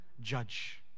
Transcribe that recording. judge